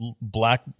black